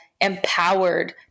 empowered